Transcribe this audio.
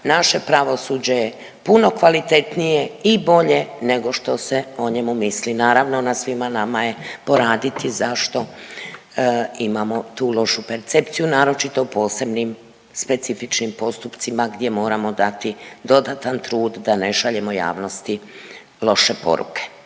naše pravosuđe je puno kvalitetnije i bolje nego što se o njemu misli. Naravno, na svima nama je poraditi zašto imamo tu lošu percepciju, naročito posebnim, specifičnim postupcima gdje moramo dati dodatan trud da ne šaljemo javnosti loše poruke.